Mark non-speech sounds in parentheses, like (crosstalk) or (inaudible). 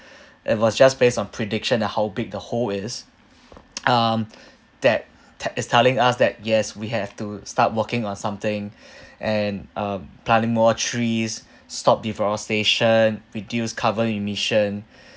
(breath) it was just based on prediction of how big the hole is (noise) um that that is telling us that yes we have to start working on something (breath) and uh planting more trees (breath) stop deforestation reduce carbon emission (breath)